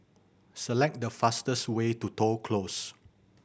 select the fastest way to Toh Close